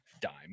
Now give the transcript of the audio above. dime